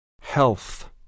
Health